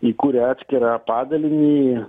įkūrė atskirą padalinį